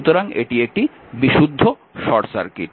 সুতরাং এটি একটি বিশুদ্ধ শর্ট সার্কিট